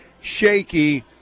shaky